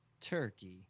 Turkey